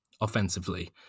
offensively